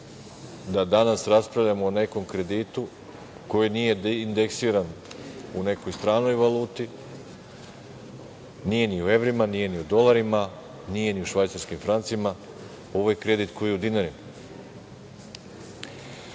da danas raspravljamo o nekom kreditu koji nije indeksiran u nekoj stranoj valuti, nije ni u evrima, nije ni u dolarima, nije ni u švajcarskim francima. Ovo je kredit koji je u dinarima.